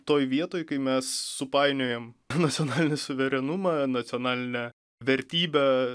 toj vietoj kai mes supainiojam nacionalinį suverenumą nacionalinę vertybę